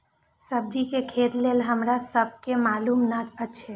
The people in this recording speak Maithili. सब्जी के खेती लेल हमरा सब के मालुम न एछ?